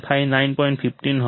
તેથી fc કંઈ નથી પરંતુ 159